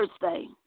Thursday